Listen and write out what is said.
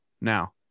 now